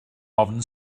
ofn